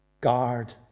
guard